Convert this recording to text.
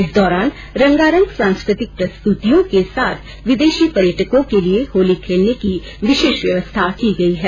इस दौरान रंगारंग सांस्कृतिक प्रस्तुतियों के साथ विदेशी पर्यटकों के लिए होली खेलने की विशेष व्यवस्था की गई है